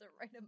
right